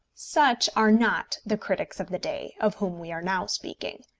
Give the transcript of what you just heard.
such are not the critics of the day, of whom we are now speaking.